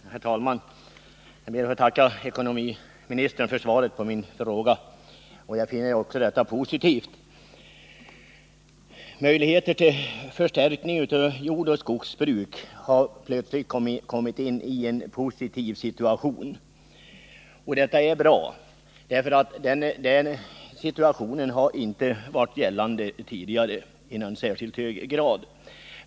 Herr talman! Jag ber att få tacka ekonomiministern för svaret på min fråga. Jag finner detta positivt. Möjligheterna till förstärkning av jordoch skogsbruk har plötsligt blivit goda — och det är bra. Det förhållandet har nämligen inte varit gällande tidigare, i varje fall inte i någon särskilt hög grad.